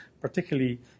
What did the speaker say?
particularly